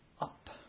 up